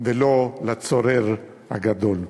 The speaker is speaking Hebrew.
ולא על הצורר הגדול.